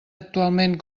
actualment